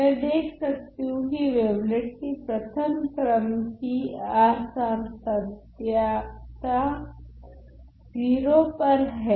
मैं देख सकती हूँ की वेवलेट की प्रथम क्रम की असांतत्यता 0 पर हैं